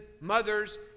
mothers